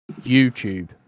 YouTube